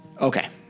Okay